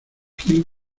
hipil